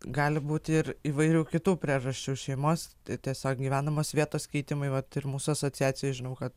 gali būti ir įvairių kitų priežasčių šeimos tai tiesiog gyvenamos vietos keitimai vat ir mūsų asociacijoj žinau kad